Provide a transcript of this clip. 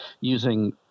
using